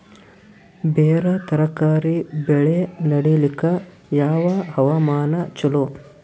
ಬೇರ ತರಕಾರಿ ಬೆಳೆ ನಡಿಲಿಕ ಯಾವ ಹವಾಮಾನ ಚಲೋ?